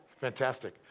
fantastic